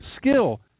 skill